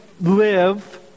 live